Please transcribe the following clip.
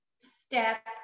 step